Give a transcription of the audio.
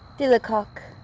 dillo caulk.